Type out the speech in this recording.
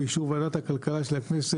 באישור ועדת הכלכלה של הכנסת,